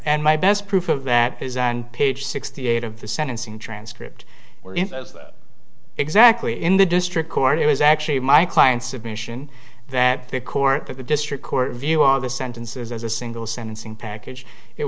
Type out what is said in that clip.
and my best proof of that is and page sixty eight of the sentencing transcript where exactly in the district court it was actually my client's admission that the court that the district court view of the sentences as a single sentencing package it